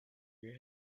you